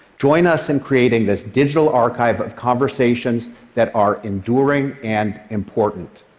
join us in creating this digital archive of conversations that are enduring and important.